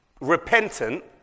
repentant